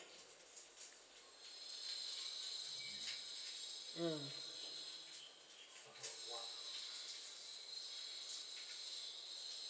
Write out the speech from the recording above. mm